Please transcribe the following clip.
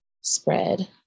spread